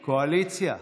קואליציה.